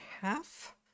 half